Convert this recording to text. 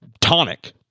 tonic